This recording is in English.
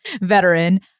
veteran